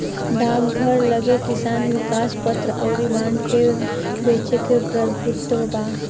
डाकघर लगे किसान विकास पत्र अउर बांड के बेचे के प्रभुत्व बा